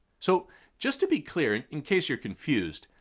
so just to be clear, in in case you're confused,